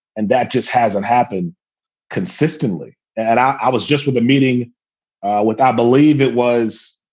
and that just hasn't happened consistently. and i was just with a meeting with i believe it was,